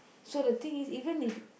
so the thing is even if